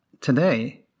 today